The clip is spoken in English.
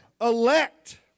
elect